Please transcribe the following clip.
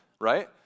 right